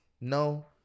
No